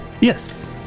Yes